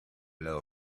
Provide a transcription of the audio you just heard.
lado